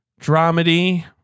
dramedy